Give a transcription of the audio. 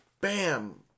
bam